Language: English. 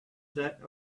set